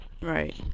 Right